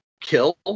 kill